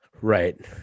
Right